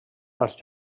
als